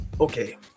okay